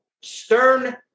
stern